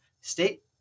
State